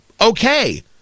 okay